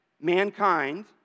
mankind